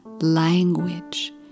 language